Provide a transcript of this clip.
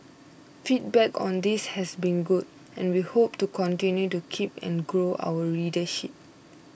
feedback on this has been good and we hope to continue to keep and grow our readership